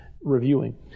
reviewing